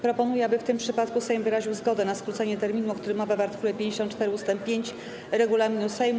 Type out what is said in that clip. Proponuję, aby w tym przypadku Sejm wyraził zgodę na skrócenie terminu, o którym mowa w art. 54 ust. 5 regulaminu Sejmu.